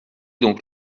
donc